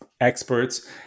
experts